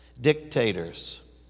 Dictators